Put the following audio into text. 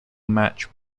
match